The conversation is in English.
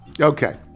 okay